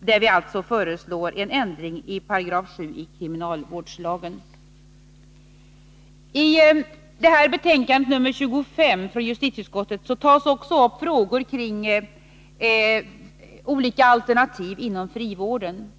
där vi föreslår en ändring av 7 § kriminalvårdslagen. I justitieutskottets betänkande nr 25 tar man också upp frågor om olika alternativ inom frivården.